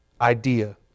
idea